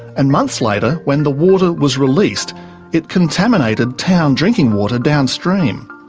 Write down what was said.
and months later when the water was released it contaminated town drinking water downstream.